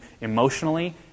emotionally